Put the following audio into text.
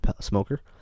smoker